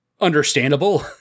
understandable